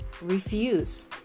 refuse